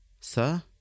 Sir